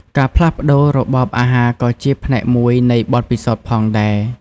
ការផ្លាស់ប្ដូររបបអាហារក៏ជាផ្នែកមួយនៃបទពិសោធន៍ផងដែរ។